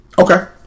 Okay